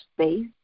space